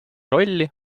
rolli